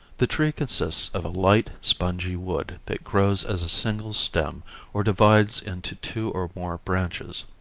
the tree consists of a light, spongy wood that grows as a single stem or divides into two or more branches.